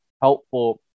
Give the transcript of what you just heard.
helpful